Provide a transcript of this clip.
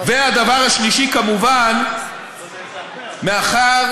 והדבר השלישי, כמובן, מאחר